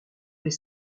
les